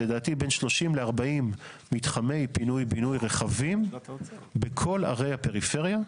לדעתי בין 30 ל-40 מתחמי פינוי בינוי רחבים בכל ערי הפריפריה,